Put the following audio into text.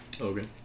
Okay